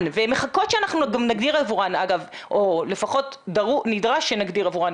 והן מחכות שאנחנו גם נגדיר עבורן או לפחות נדרש שנגדיר עבורן.